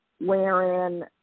wherein